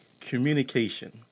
communication